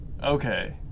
okay